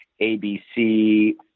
ABC